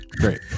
great